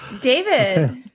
David